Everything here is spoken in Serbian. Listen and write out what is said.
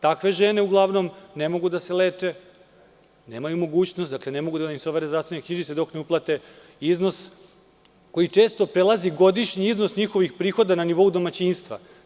Takve žene uglavnom ne mogu da se leče, nemaju mogućnost, ne mogu da im se overe zdravstvene knjižice dok ne uplate iznos koji često prelazi godišnji iznos njihovih prihoda na nivou domaćinstva.